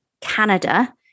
Canada